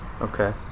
Okay